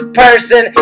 person